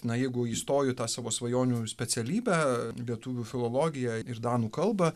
na jeigu įstoju į tą savo svajonių specialybę lietuvių filologiją ir danų kalbą